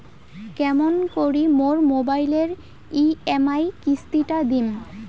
কেমন করি মোর মোবাইলের ই.এম.আই কিস্তি টা দিম?